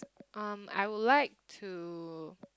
um I would like to